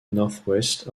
northwest